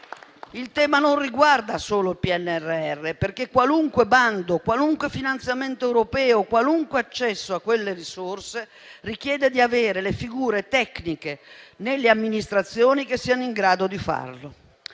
il tema non riguarda solo il PNRR, perché qualunque bando, qualunque finanziamento europeo, qualunque accesso a quelle risorse richiede di avere le figure tecniche nelle amministrazioni che siano in grado di farlo.